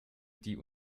die